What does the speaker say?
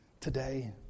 today